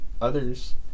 others